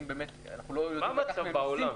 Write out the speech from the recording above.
אנחנו לא יודעים --- מה המצב בעולם?